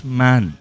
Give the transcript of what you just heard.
man